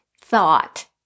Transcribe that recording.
thought